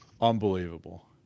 unbelievable